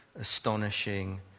astonishing